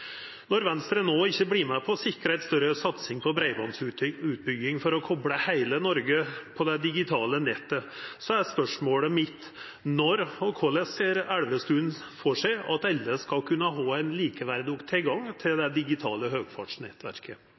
Når Venstre no ikkje vert med på å sikra ei større satsing på breibandsutbygging for å kobla heile Noreg på det digitale nettet, er spørsmålet mitt: Når og korleis ser Elvestuen for seg at alle skal kunna ha ein likeverdig tilgang til det digitale høgfartsnettverket?